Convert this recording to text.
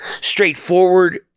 straightforward